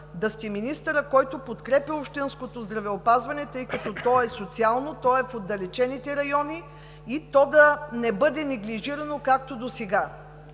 да сте министърът, който подкрепя общинското здравеопазване, тъй като то е социално, то е в отдалечените райони и то да не бъде неглижирано както досега.